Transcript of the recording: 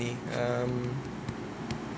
um